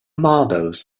models